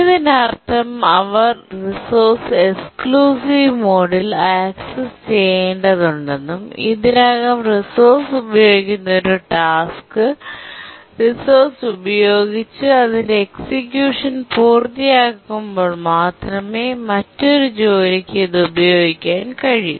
ഇതിനർത്ഥം അവർ resource exclusive മോഡിൽ ആക്സസ് ചെയ്യേണ്ടതുണ്ടെന്നും ഇതിനകം റിസോഴ്സ് ഉപയോഗിക്കുന്ന ഒരു ടാസ്ക് റിസോഴ്സ് ഉപയോഗിച്ച് അതിന്റെ എക്സിക്യൂഷൻ പൂർത്തിയാക്കുമ്പോൾ മാത്രമേ മറ്റൊരു ജോലിക്കു ഇത് ഉപയോഗിക്കാൻ കഴിയൂ